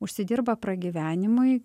užsidirba pragyvenimui